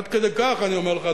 עד כדי כך אני אומר לך,